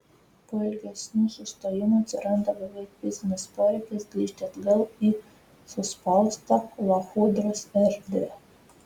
po ilgesnių sustojimų atsiranda beveik fizinis poreikis grįžti atgal į suspaustą lachudros erdvę